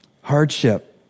Hardship